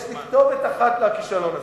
יש לי כתובת אחת לכישלון הזה.